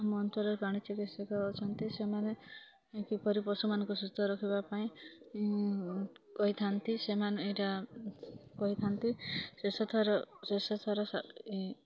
ଆମ ଅଞ୍ଚଳରେ ପ୍ରାଣୀ ଚିକିତ୍ସକ ଅଛନ୍ତି ସେମାନେ କିପରି ପଶୁମାନଙ୍କୁ ସୁସ୍ଥ ରଖିବା ପାଇଁ କହିଥାନ୍ତି ସେମାନେ ଏଇଟା କହିଥାନ୍ତି ଶେଷ ଥର ଶେଷ ଥର